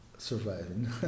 surviving